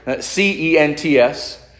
C-E-N-T-S